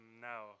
now